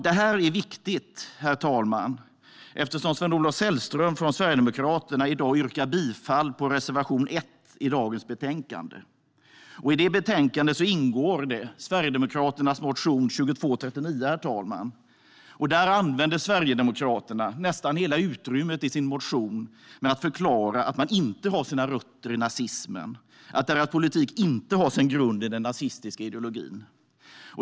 Detta är viktigt, herr talman, eftersom Sven-Olof Sällström från Sverigedemokraterna i dag yrkar bifall till reservation 1 i betänkandet. I betänkandet behandlas Sverigedemokraternas motion 2239. Sverigedemokraterna använder nästan hela utrymmet i sin motion till att förklara att de inte har sina rötter i nazismen och att deras politik inte har sin grund i den nazistiska ideologin.